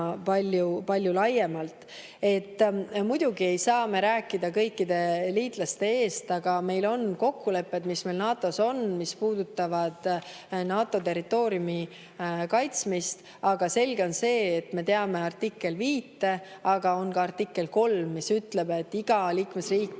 palju laiemalt. Muidugi ei saa me rääkida kõikide liitlaste eest, aga meil on NATO-s kokkulepped, mis puudutavad NATO territooriumi kaitsmist. Selge on see, et me teame artiklit 5, aga on ka artikkel 3, mis ütleb, et iga liikmesriik